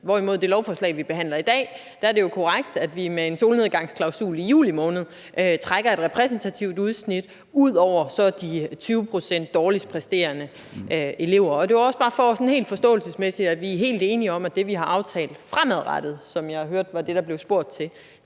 hvorimod der i det lovforslag, vi behandler i dag, hvor der jo ganske rigtigt indsættes en solnedgangsklausul i juli måned, trækkes et repræsentativt udsnit ud over de 20 pct. dårligst præsterende elever. Det er bare for at sikre mig, at vi er helt enige om, at det, vi har aftalt skal ske fremadrettet, og som jeg hørte var det, der blev spurgt til,